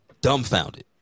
dumbfounded